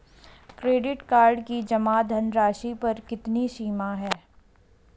Credit card की जमा धनराशि पर कितनी सीमा है?